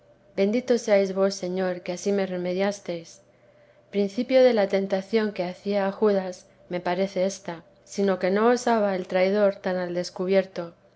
bendito seáis vos señor que ansí me remediastes principio de la tentación que hacía a judas me parece ésta sino que no osaba el traidor tan al descubierto